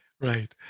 Right